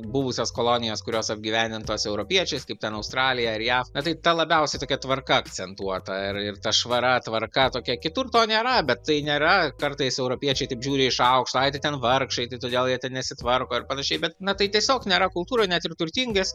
buvusios kolonijos kurios apgyvendintos europiečiais kaip ten australija ir jav tai ta labiausiai tokia tvarka akcentuota ir ir ta švara tvarka tokia kitur to nėra bet tai nėra kartais europiečiai taip žiūri iš aukšto ai ten vargšai tai todėl jie ten nesitvarko ir panašiai bet na tai tiesiog nėra kultūra net ir turtingies